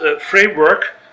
framework